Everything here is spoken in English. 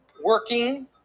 working